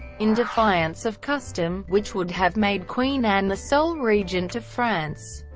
in defiance of custom, which would have made queen anne the sole regent of france,